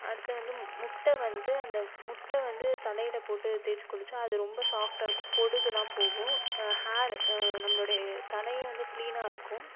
அடுத்து வந்து மு முட்டை வந்து அந்த முட்டை வந்து தலையில் போட்டு தேய்ச்சு குளிச்சால் அது ரொம்ப சாஃப்டாயிருக்கும் பொடுகுல்லாம் போகும் ஹேர் நம்மளுடைய தலை வந்து கிளீனாயிருக்கும்